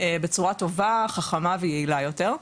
בצורה טובה חכמה ויעילה יותר?